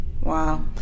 wow